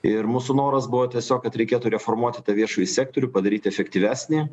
ir mūsų noras buvo tiesiog kad reikėtų reformuoti tą viešąjį sektorių padaryt efektyvesnį